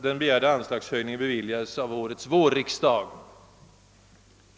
Den begärda anslagshöjningen beviljades av årets vårriksdag.